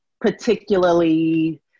particularly